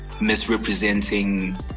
misrepresenting